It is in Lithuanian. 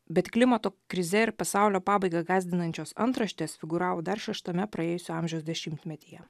bet klimato krize ir pasaulio pabaiga gąsdinančios antraštės figūravo dar šeštame praėjusio amžiaus dešimtmetyje